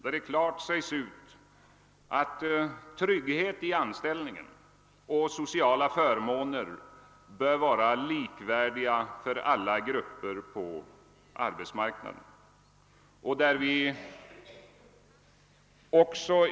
Där sägs klart ut att trygghet i anställningen och sociala förmåner bör vara något som är likvärdigt för alla grupper på arbetsmarknaden.